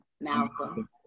Malcolm